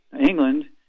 England